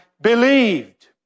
believed